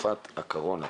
בתקופת הקורונה.